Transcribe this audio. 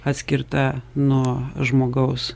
atskirta nuo žmogaus